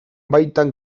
baitan